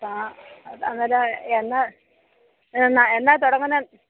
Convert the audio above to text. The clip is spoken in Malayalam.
അതല്ല എന്നാ എന്നാ തുടങ്ങുന്നത്